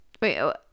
Wait